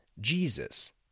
Jesus